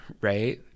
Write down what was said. Right